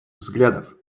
взглядов